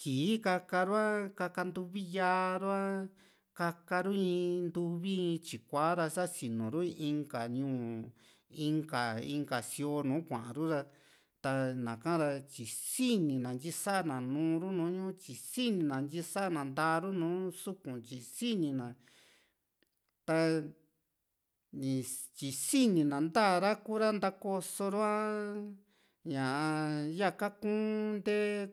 kii ka´ka ru´a kaka ntuvi ya´ru a kaka ru in ntuvi intyikua ra sa´ra sa sinu ru inka ñuu inka inka sioo nùù kuaaru ra ta na ´ka ra tyi sini na ntyi sa´na nuu ru nu ñuu tyi sini na ntyi sa´a na ntaaru nu suku´ntyi sini na taa ni tyi sini na nta ra kuu´ra ntakoso ru´a ñaa yaa kakun ntee